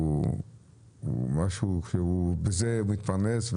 ומזה הוא מתפרנס,